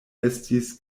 estis